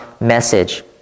message